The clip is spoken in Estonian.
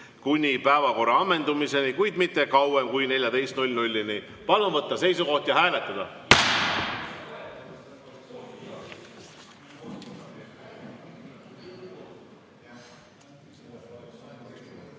kuni päevakorra ammendumiseni, kuid mitte kauem kui kella 14-ni. Palun võtta seisukoht ja hääletada!